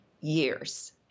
years